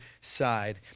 side